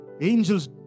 Angels